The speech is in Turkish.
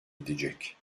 edecek